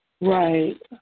Right